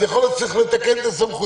אז יכול להיות שצריך לתקן את הסמכויות,